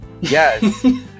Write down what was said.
Yes